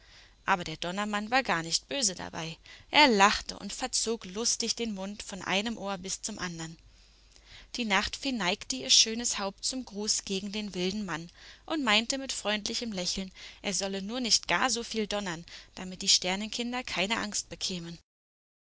aber der donnermann war gar nicht böse dabei er lachte und verzog lustig den mund von einem ohr bis zum andern die nachtfee neigte ihr schönes haupt zum gruß gegen den wilden mann und meinte mit freundlichem lächeln er solle nur nicht gar so viel donnern damit die sternenkinder keine angst bekämen